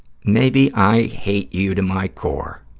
maybe i hate you to my core.